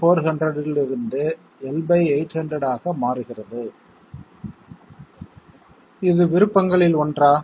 L 400 இலிருந்து L 800 ஆக மாறுகிறது இது விருப்பங்களில் ஒன்றா